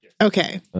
Okay